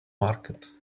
market